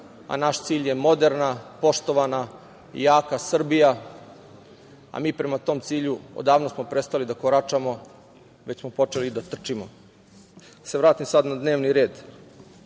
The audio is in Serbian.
a naš cilj je moderna, poštovana i jaka Srbija, a mi prema tom cilju odavno smo prestali da koračamo, već smo počeli da trčimo. Da, se vratim sad na dnevni